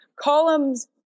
columns